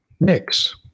Next